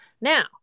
Now